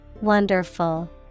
Wonderful